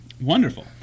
Wonderful